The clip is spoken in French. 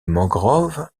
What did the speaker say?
mangroves